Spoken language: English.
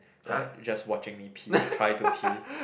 like watching me pee try to pee